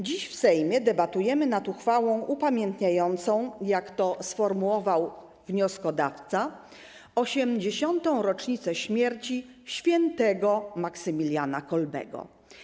Dziś w Sejmie debatujemy nad uchwałą upamiętniającą, jak to sformułował wnioskodawca, 80. rocznicę śmierci św. Maksymiliana Kolbego.